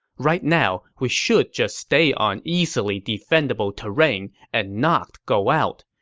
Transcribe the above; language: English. right now, we should just stay on easily defendable terrain and not go out.